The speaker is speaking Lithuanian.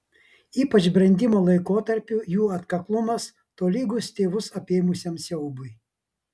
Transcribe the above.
ypač brendimo laikotarpiu jų atkaklumas tolygus tėvus apėmusiam siaubui